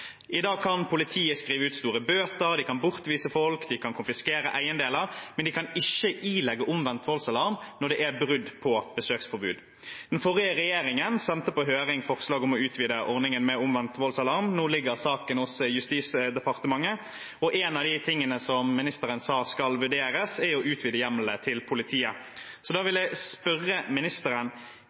I dag kan politiet skrive ut store bøter, de kan bortvise folk, og de kan konfiskere eiendeler, men de kan ikke ilegge omvendt voldsalarm når det er brudd på besøksforbud. Den forrige regjeringen sendte på høring forslag om å utvide ordningen med omvendt voldsalarm. Nå ligger saken hos Justisdepartementet. Én av tingene ministeren sa at skal vurderes, er å utvide hjemlene til politiet. Da vil jeg spørre ministeren: